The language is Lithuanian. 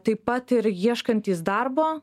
taip pat ir ieškantys darbo